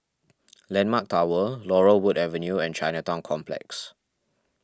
Landmark Tower Laurel Wood Avenue and Chinatown Complex